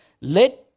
Let